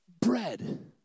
bread